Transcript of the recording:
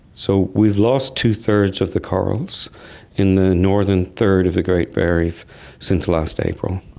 so, we've lost two-thirds of the corals in the northern third of the great barrier reef since last april.